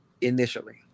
initially